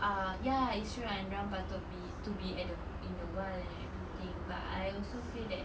uh ya it's true ah yang dorang patut be to be at the in the wild and everything but I also feel that